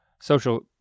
Social